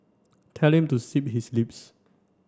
tell him to zip his lips